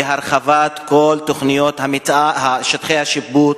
בהרחבת כל שטחי השיפוט